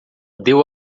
deu